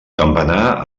campanar